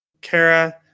Kara